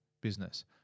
business